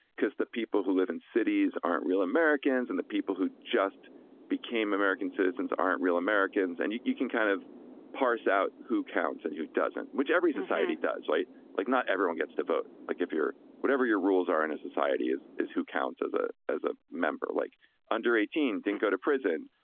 because the people who live in cities aren't real americans and the people who just became american citizens aren't real americans. and you you can kind of pass out who counts and who doesn't, which every society does. like like not everyone gets to vote. like, if you're whatever your rules are in a society, is is who counts as a as a member like under eighteen didn't go to prison.